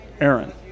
Aaron